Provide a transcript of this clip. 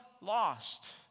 lost